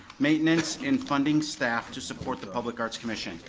maintenance, and funding staff to support the public arts commission.